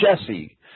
Jesse